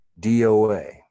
DOA